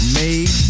made